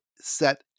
set